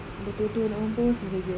dah tua [tau] nak mampus kena kerja eh